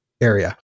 area